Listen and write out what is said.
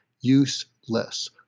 useless